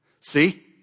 See